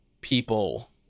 people